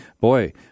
boy